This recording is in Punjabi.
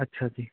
ਅੱਛਾ ਜੀ